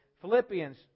Philippians